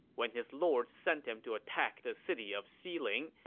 when his lord sent him to attack the city of xiling,